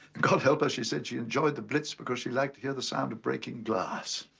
god help us she said she enjoyed the blitz because she liked to hear the sound of breaking glass.